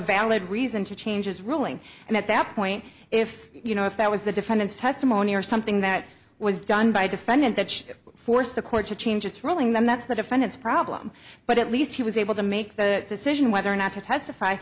valid reason to change his ruling and at that point if you know if that was the defendant's testimony or something that was done by defendant that forced the court to change its ruling then that's the defendant's problem but at least he was able to make that decision whether or not to testify